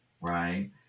Right